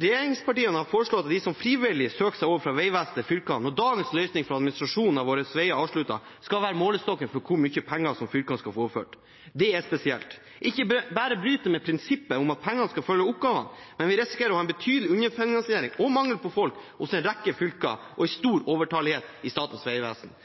Regjeringspartiene har foreslått at de som frivillig søker seg over fra Vegvesenet til fylkene når dagens løsning for administrasjon av våre veier er avsluttet, skal være målestokken for hvor mye penger fylkene skal få overført. Det er spesielt. Ikke bare bryter det med prinsippet om at pengene skal følge oppgavene, men vi risikerer å ha en betydelig underfinansiering og mangel på folk hos en rekke fylker og stor overtallighet i Statens vegvesen.